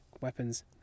weapons